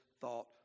thought